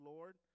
Lord